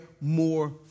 more